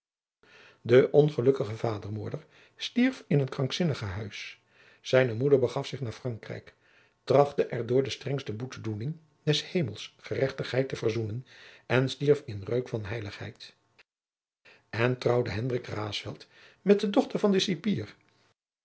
de ongelukkige vadermoorder stierf in een krankzinnigenhuis zijne moeder begaf zich naar frankrijk trachtte er door de strengste boetedoejacob van lennep de pleegzoon ning des hemels gerechtigheid te verzoenen en stierf in reuk van heiligheid en trouwde hendrik raesfelt met de dochter van den cipier